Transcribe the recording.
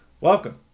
Welcome